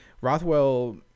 Rothwell